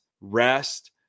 rest